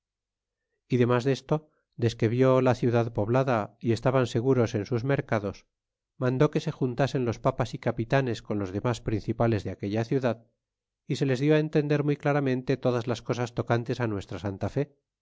y demas desto desque vió la ciudad poblada y estaban seguros en sus mercados mandó que se juntasen los papas y capitanes con los lemas principales de aquella ciudad y se les di entender muy claramente todas las cosas tocantes nuestra santa